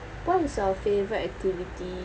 what is your favourite activity